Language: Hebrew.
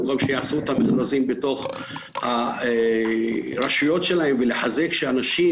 במקום שיעשו את המכרזים בתוך הרשויות שלהם ולחזק את האנשים